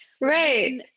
right